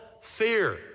fear